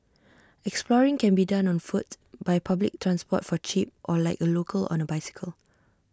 exploring can be done on foot by public transport for cheap or like A local on A bicycle